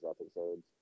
episodes